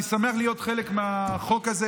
אני שמח להיות חלק מהחוק הזה.